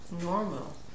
Normal